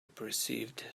perceived